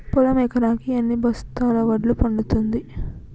పొలం ఎకరాకి ఎన్ని బస్తాల వడ్లు పండుతుంది?